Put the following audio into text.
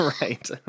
Right